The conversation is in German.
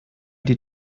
die